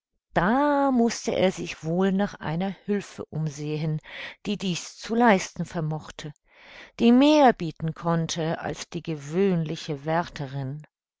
da mußte er sich wohl nach einer hülfe umsehen die dies zu leisten vermochte die mehr bieten konnte als die gewöhnliche